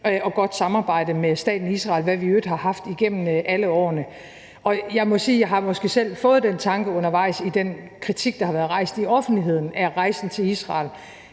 og godt samarbejde med staten Israel, hvad vi i øvrigt har haft igennem alle årene. Og jeg må sige, at jeg selv har fået den tanke undervejs i den kritik, der har været rejst i offentligheden af at rejse til Israel